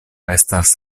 estas